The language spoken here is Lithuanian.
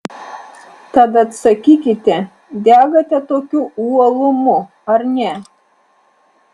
tad atsakykite degate tokiu uolumu ar ne